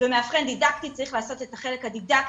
ומאבחן דידקטי צריך לעשות את החלק הדידקטי.